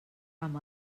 amb